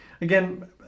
again